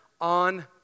on